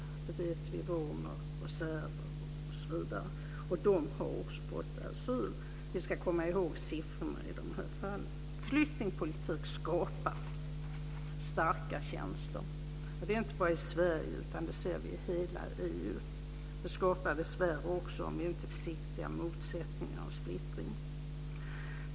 Vi vet att det är romer, serber osv., och de har också fått asyl. Vi ska komma ihåg siffrorna i de här fallen. Flyktingpolitik skapar starka känslor, och det ser vi inte bara i Sverige utan i hela EU. Det skapar dessvärre också, om vi inte är försiktiga, motsättningar och splittring.